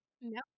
No